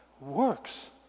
Works